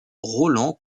rolland